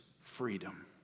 freedom